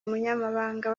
umunyamabanga